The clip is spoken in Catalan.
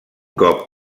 cop